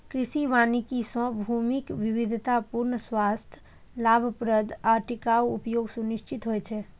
कृषि वानिकी सं भूमिक विविधतापूर्ण, स्वस्थ, लाभप्रद आ टिकाउ उपयोग सुनिश्चित होइ छै